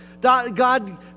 God